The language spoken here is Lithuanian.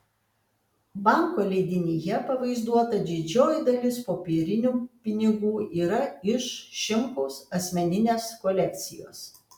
banko leidinyje pavaizduota didžioji dalis popierinių pinigų yra iš šimkaus asmeninės kolekcijos